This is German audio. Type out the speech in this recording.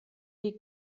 die